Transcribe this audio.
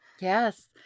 Yes